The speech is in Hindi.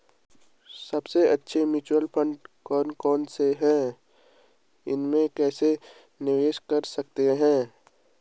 सबसे अच्छे म्यूचुअल फंड कौन कौनसे हैं इसमें कैसे निवेश कर सकते हैं?